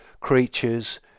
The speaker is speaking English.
creatures